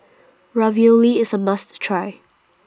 Ravioli IS A must Try